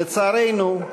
לצערנו,